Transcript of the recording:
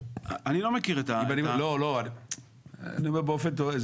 אני אומר באופן תאורטי.